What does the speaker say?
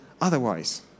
otherwise